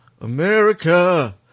America